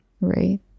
Right